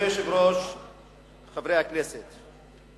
של גלעד שליט.